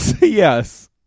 Yes